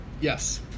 Yes